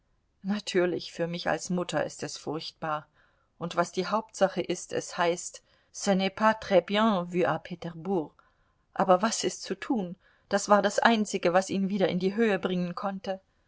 natürlich für mich als mutter ist es furchtbar und was die hauptsache ist es heißt ce n'est pas trs bien vu petersbourg aber was ist zu tun das war das einzige was ihn wieder in die höhe bringen konnte